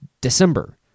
december